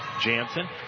Jansen